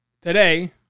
Today